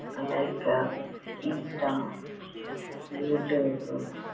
like Insta YouTube